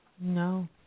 No